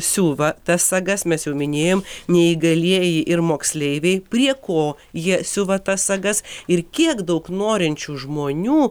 siuva tas sagas mes jau minėjom neįgalieji ir moksleiviai prie ko jie siuva tas sagas ir kiek daug norinčių žmonių